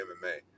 MMA